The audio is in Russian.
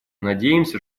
надеемся